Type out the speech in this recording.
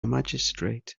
magistrate